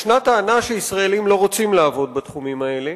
יש טענה שישראלים לא רוצים לעבוד בתחומים האלה,